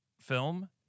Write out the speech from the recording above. film